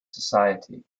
society